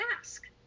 ask